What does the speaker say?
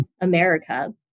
America